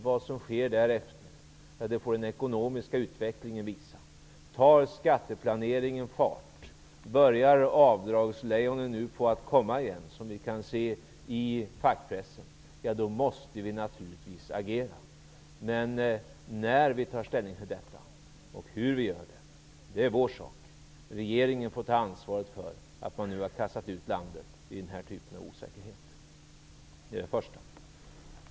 Vad som kommer att ske därefter får den ekonomiska utvecklingen visa. Tar skatteplaneringen fart och börjar avdragslejonen komma igen såsom det sägs i fackpressen, måste vi naturligtvis agera. När och hur vi tar ställning till detta är vår sak. Regeringen får ansvaret för att den nu har kastat ut landet i denna osäkerhet.